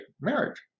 marriage